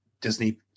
Disney